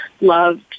loved